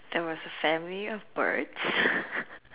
there was a family of birds